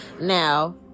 Now